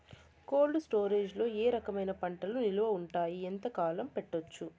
Cold storage లో ఏ రకమైన పంటలు నిలువ ఉంటాయి, ఎంతకాలం పెట్టొచ్చు?